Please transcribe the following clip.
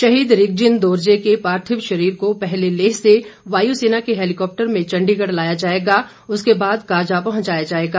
शहीद रिगजिन दोरजे के पार्थिव शरीर को पहले लेह से वायुसेना के हैलीकॉप्टर में चंडीगढ़ लाया जाएगा उसके बाद काजा पुहंचाया जाएगा